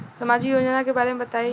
सामाजिक योजना के बारे में बताईं?